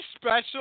special